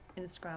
Instagram